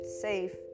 safe